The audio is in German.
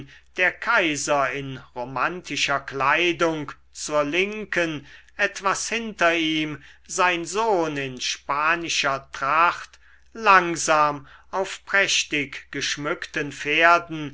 der kaiser in romantischer kleidung zur linken etwas hinter ihm sein sohn in spanischer tracht langsam auf prächtig geschmückten pferden